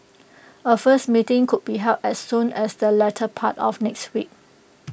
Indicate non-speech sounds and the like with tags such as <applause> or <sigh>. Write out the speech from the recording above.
<noise> A first meeting could be held as soon as the latter part of next week